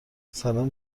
سلام